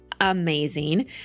amazing